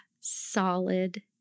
solid